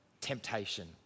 temptation